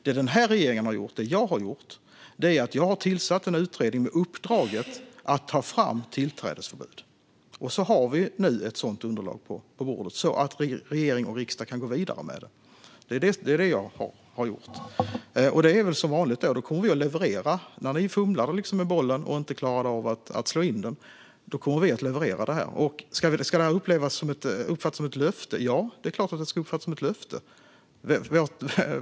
Det den här regeringen och jag har gjort är att tillsätta en utredning med uppdraget att ta fram tillträdesförbud. Vi har nu ett sådant underlag på bordet så att regering och riksdag kan gå vidare med det. Det är det jag har gjort. Det är väl som vanligt: Vi kommer att leverera. När ni fumlade med bollen och inte klarade av att slå in den kommer vi att leverera det här. Ska detta uppfattas som ett löfte? Ja, det är klart att det ska uppfattas som ett löfte.